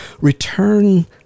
Return